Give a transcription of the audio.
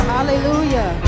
Hallelujah